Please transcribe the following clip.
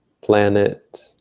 planet